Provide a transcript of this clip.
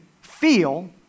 feel